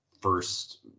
first